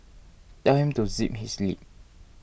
tell him to zip his lip